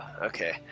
Okay